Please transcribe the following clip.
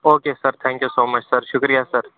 O K sir thank you so much sir شُکرِیہِ سَر